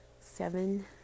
seven